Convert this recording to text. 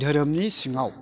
धोरोमनि सिङाव